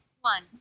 One